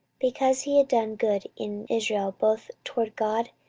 because he had done good in israel, both toward god,